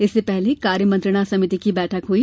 इससे पहले कार्य मंत्रणा समिति की बैठक हुई